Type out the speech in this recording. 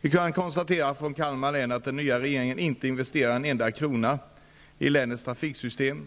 Vi kan från Kalmar län konstatera att den nya regeringen inte investerar en enda krona i länets trafiksystem.